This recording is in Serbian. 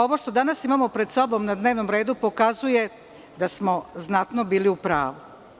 Ovo što danas imamo pred sobom na dnevnom redu pokazuje da smo znatno bili u pravu.